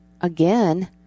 again